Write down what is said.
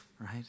right